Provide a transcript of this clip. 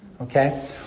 Okay